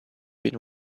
been